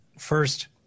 First